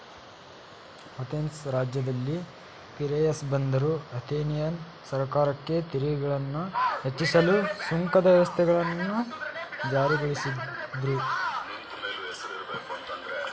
Athens ರಾಜ್ಯದಲ್ಲಿ Piraeus ಬಂದರು Athenian ಸರ್ಕಾರಕ್ಕೆ ತೆರಿಗೆಗಳನ್ನ ಹೆಚ್ಚಿಸಲು ಸುಂಕದ ವ್ಯವಸ್ಥೆಯನ್ನ ಜಾರಿಗೊಳಿಸಿದ್ರು